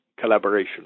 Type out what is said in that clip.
collaboration